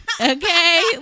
Okay